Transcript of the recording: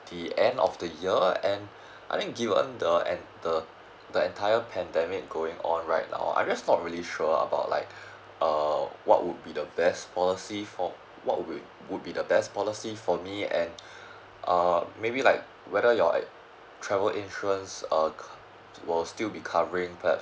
the end of the year and I think given the and the entire pandemic going on right now I am just not really sure about like uh what would be the best policy for what would be would be the best policy for me and um maybe like whether your err travel insurance err cov~ will still be covering perhaps